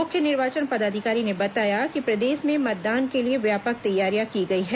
मुख्य निर्वाचन पदाधिकारी ने बताया कि प्रदेश में मतदान के लिए व्यापक तैयारियां की गई हैं